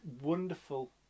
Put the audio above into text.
wonderful